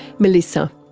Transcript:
melissa.